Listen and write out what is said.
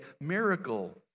miracle